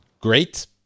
great